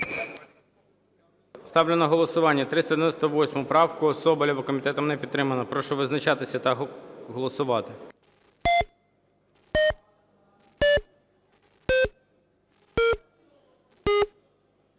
Ставлю на голосування 398 правку Соболєва. Комітетом не підтримана. Прошу визначатися та голосувати.